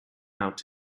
out